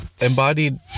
embodied